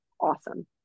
awesome